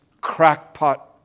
crackpot